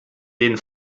den